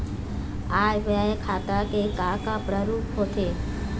आय व्यय खाता के का का प्रारूप होथे?